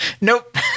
Nope